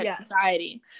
society